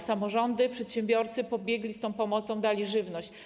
Samorządy, przedsiębiorcy pobiegli z tą pomocą, dali żywność.